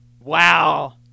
Wow